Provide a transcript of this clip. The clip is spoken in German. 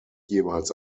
jeweils